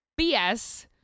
BS